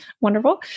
wonderful